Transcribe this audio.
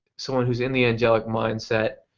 someone who is in the angelic mindset